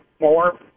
more